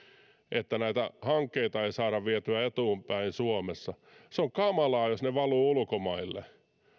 eikä näitä hankkeita saada vietyä eteenpäin suomessa se on kamalaa jos ne valuvat ulkomaille